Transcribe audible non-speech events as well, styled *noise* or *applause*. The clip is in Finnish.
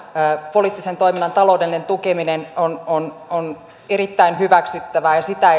poliittisen toiminnan taloudellinen tukeminen on on erittäin hyväksyttävää ja sitä *unintelligible*